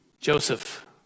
Joseph